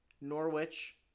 Norwich